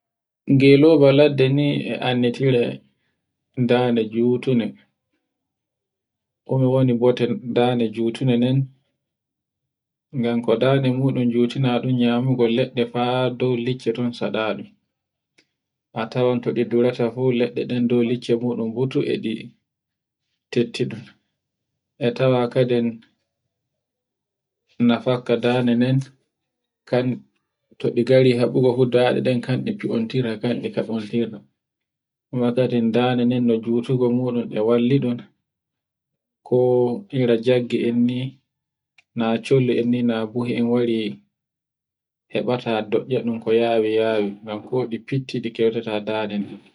ngeloba ladde ne ni e annditini ndade jutunde, e wondi boten dande jutunde nden, nyanko dande jutunde nden nyamugo leɗɗe faa dow lekki dun sada, a tawai to di ndura ta fuf leɗɗe dow lishe mudum durata di tattiɗum, e tawa kadin nafakka dande nden kan to di ngari haɓungo danɗe kandi omtira, bo kadin dande nden no jutungo ngon e walliɗum ko hira jagge inni na cholli inni na buhe in wari heɓata doe ko yawe yawe kuji fitti di keutata dande nden.